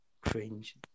cringe